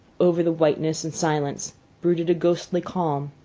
over the whiteness and silence brooded a ghostly calm.